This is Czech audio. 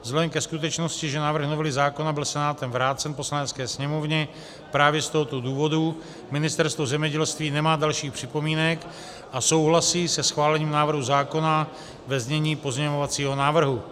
Vzhledem ke skutečnosti, že návrh novely zákona byl Senátem vrácen Poslanecké sněmovně, právě z tohoto důvodu Ministerstvo zemědělství nemá dalších připomínek a souhlasí se schválením návrhu zákona ve znění pozměňovacího návrhu.